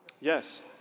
Yes